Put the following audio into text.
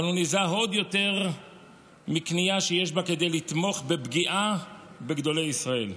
אבל הוא נזהר עוד יותר מקנייה שיש בה כדי לתמוך בפגיעה בגדולי ישראל.